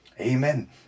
Amen